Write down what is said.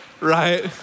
right